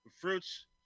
fruits